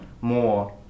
more